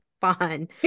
fun